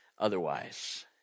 Otherwise